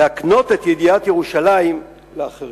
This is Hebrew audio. להקנות את ידיעת ירושלים לאחרים.